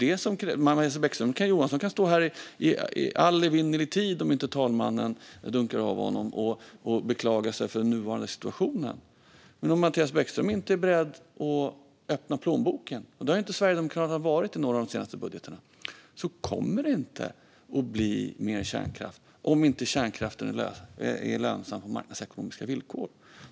Mattias Bäckström Johansson kan stå här i evinnerlig tid, om inte talmannen avbryter honom, och beklaga sig över den nuvarande situationen. Men om han inte är beredd att öppna plånboken - det har inte Sverigedemokraterna varit i någon av de senaste budgetarna - kommer det inte att bli mer kärnkraft om inte kärnkraften är lönsam på marknadsekonomiska villkor.